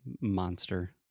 monster